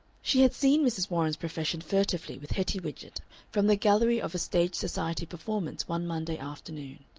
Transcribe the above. she had seen mrs. warren's profession furtively with hetty widgett from the gallery of a stage society performance one monday afternoon.